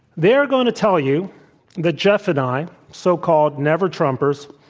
they're going to tell you that jeff and i, so called never trumpers,